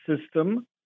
system